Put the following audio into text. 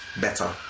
better